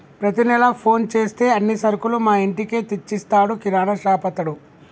ప్రతి నెల ఫోన్ చేస్తే అన్ని సరుకులు మా ఇంటికే తెచ్చిస్తాడు కిరాణాషాపతడు